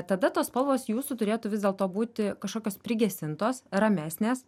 tada tos spalvos jūsų turėtų vis dėlto būti kažkokios prigesintos ramesnės